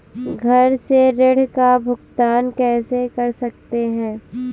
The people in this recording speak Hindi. घर से ऋण का भुगतान कैसे कर सकते हैं?